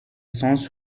sens